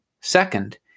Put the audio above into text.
Second